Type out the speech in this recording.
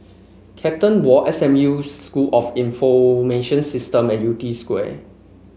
Carlton Walk S M U School of Information System and Yew Tee Square